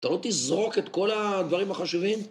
אתה לא תזרוק את כל הדברים החשובים?